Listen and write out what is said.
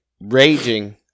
raging